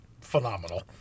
phenomenal